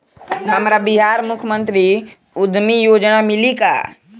हमरा बिहार मुख्यमंत्री उद्यमी योजना मिली का?